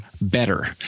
better